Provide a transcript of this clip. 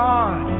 God